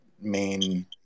main